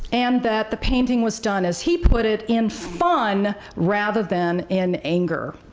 and that the painting was done, as he put it, in fun rather than in anger.